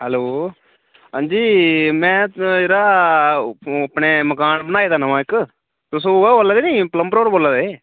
hello हंजी में यरा ओह् अपने मकान बनाए दा नमां इक तुस उ'ऐ बोल्ला दे निं पलंबर होर बोल्ला दे